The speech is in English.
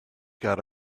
got